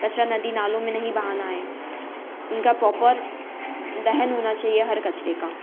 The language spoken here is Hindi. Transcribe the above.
कचरा नदी नालों में नहीं बहाना है उनका प्रॉपर दहन होना चाहिए हर कचरे का